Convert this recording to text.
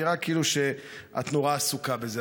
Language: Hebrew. נראה כאילו את נורא עסוקה בזה.